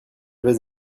vais